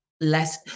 less